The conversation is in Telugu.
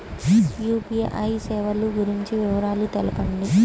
యూ.పీ.ఐ సేవలు గురించి వివరాలు తెలుపండి?